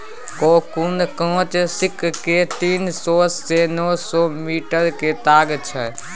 cocoon काँच सिल्कक तीन सय सँ नौ सय मीटरक ताग छै